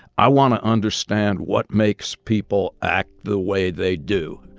i want to understand what makes people act the way they do.